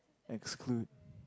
exclude